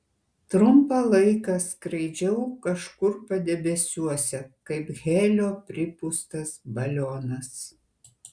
trumpą laiką skraidžiau kažkur padebesiuose kaip helio pripūstas balionas